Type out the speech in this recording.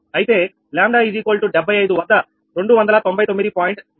అయితే 𝜆75 వద్ద 299